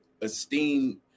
esteem